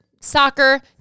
soccer